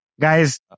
Guys